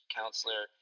counselor